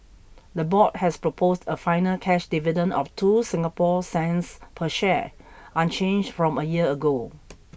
the board has proposed a final cash dividend of two Singapore cents per share unchanged from a year ago